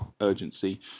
urgency